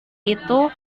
itu